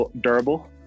durable